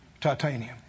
Titanium